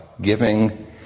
giving